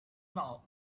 mouth